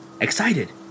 Excited